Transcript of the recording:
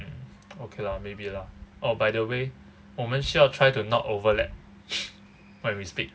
mm okay lah maybe lah oh by the way 我们需要 try to not overlap when we speak